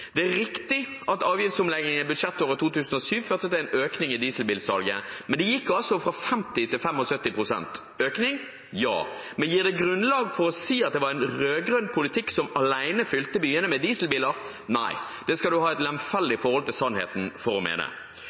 Det er riktig at avgiftsomleggingen i budsjettåret 2007 førte til en økning i dieselbilsalget, men det gikk altså fra 50 til 75 pst. Økning? Ja. Men gir det grunnlag for å si at det var en rød-grønn politikk som alene fylte byene med dieselbiler? Nei, det skal du ha et lemfeldig forhold til sannheten for å mene.